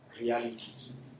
realities